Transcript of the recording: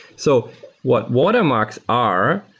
so what watermarks are,